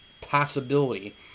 possibility